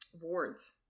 wards